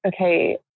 okay